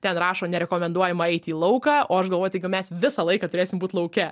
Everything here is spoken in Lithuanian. ten rašo nerekomenduojama eiti į lauką o aš galvoju taigi mes visą laiką turėsim būt lauke